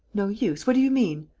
no use? what do you mean?